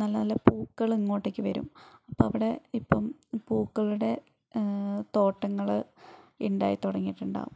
നല്ല നല്ല പൂക്കളിങ്ങോട്ടേക്കു വരും അപ്പം അവിടെ ഇപ്പം പൂക്കളുടെ തോട്ടങ്ങൾ ഉണ്ടായി തുടങ്ങിയിട്ടുണ്ടാകും